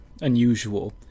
unusual